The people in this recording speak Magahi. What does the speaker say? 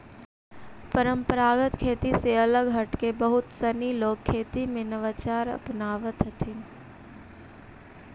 परम्परागत खेती से अलग हटके बहुत सनी लोग खेती में नवाचार अपनावित हथिन